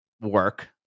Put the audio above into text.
work